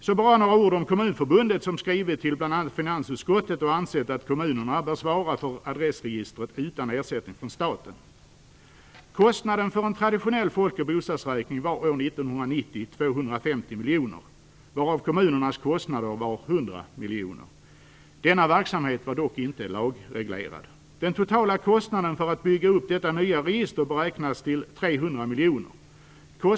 Så bara några ord om Kommunförbundet som skrivit till bl.a. finansutskottet och ansett att kommunerna bör svara för adressregistret utan ersättning från staten. Kostnaden för en traditionell folk och bostadsräkning var 250 miljoner kronor år 1990, varav kommunernas kostnader var 100 miljoner kronor. Denna verksamhet var dock inte lagreglerad. Den totala kostnaden för att bygga upp detta nya register beräknas till 300 miljoner kronor.